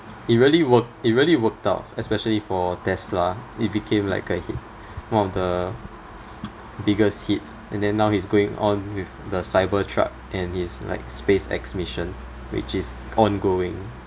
it really worked it really worked out especially for tesla it became like a hit one of the biggest hits and then now he's going on with the cyber truck and his like space X mission which is ongoing